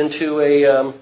into a